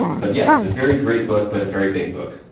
but yes, a very great book, but a very big book.